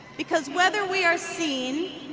because whether we are seen